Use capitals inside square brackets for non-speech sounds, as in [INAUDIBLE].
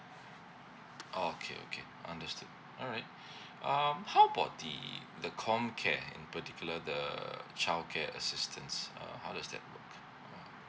oh okay okay understood all right [BREATH] um how about the the comcare in particular the childcare assistance uh how does that work mm